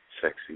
Sexy